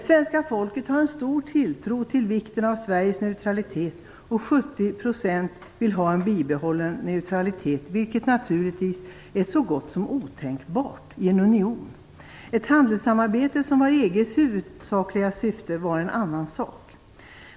Svenska folket har en stor tilltro till vikten av Sveriges neutralitet, och 70 % vill ha en bibehållen neutralitet, vilket naturligtvis är så gott som otänkbart i en union. Ett handelssamarbete, som var EG:s huvudsakliga syfte, var en annan sak.